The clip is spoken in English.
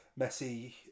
Messi